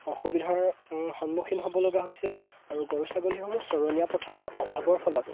অসুবিধাৰ সন্মুখীন হ'ব লগা হৈছে আৰু গৰু ছাগলীসমূহ চৰণীয়া পথাৰৰ অভাৱৰ ফলত